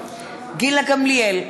גילה גמליאל,